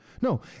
No